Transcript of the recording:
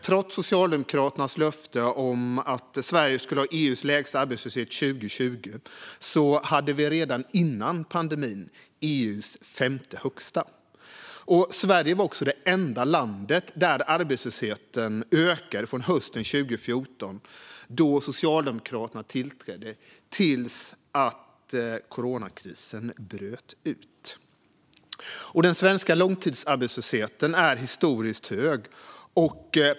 Trots Socialdemokraternas löfte om att Sverige skulle ha EU:s lägsta arbetslöshet 2020 hade vi redan före pandemin EU:s femte högsta. Sverige var också det enda landet där arbetslösheten ökade från hösten 2014, då Socialdemokraterna tillträdde, tills att coronakrisen bröt ut. Den svenska långtidsarbetslösheten är historiskt hög.